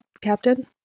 Captain